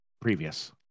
previous